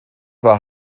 war